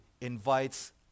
invites